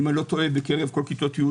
אם איני טועה, בכל כיתות י'